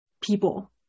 people